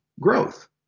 Growth